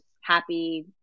happy